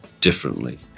differently